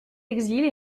exils